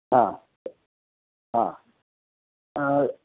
हा हा आ